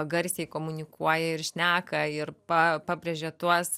garsiai komunikuoja ir šneka ir pa pabrėžia tuos